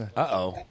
Uh-oh